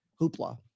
hoopla